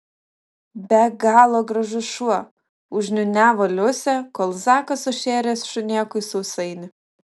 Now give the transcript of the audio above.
be galo gražus šuo užniūniavo liusė kol zakas sušėrė šunėkui sausainį